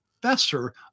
Professor